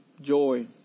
joy